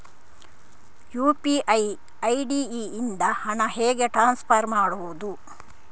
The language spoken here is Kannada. ಯು.ಪಿ.ಐ ಐ.ಡಿ ಇಂದ ಹಣ ಹೇಗೆ ಟ್ರಾನ್ಸ್ಫರ್ ಮಾಡುದು?